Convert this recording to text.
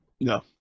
No